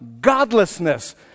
godlessness